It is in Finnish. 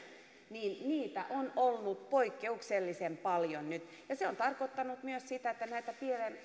niitä on ollut poikkeuksellisen paljon nyt se on tarkoittanut myös sitä että näitä